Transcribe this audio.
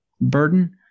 burden